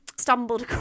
Stumbled